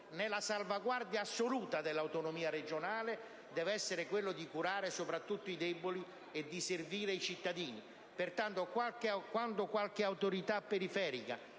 nella salvaguardia assoluta dell'autonomia regionale, deve essere quello di curare soprattutto i deboli e di servire i cittadini. Pertanto, quando qualche autorità periferica